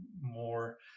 more